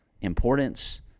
importance